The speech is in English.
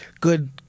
Good